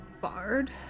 barred